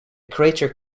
crater